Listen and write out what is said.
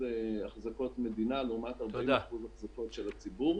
60% החזקות מדינה לעומת 40% החזקות של הציבור.